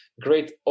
great